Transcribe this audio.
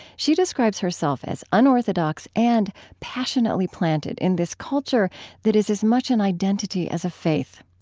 she describes herself as unorthodox and passionately planted in this culture that is as much an identity as a faith.